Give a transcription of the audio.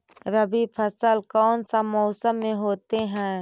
रवि फसल कौन सा मौसम में होते हैं?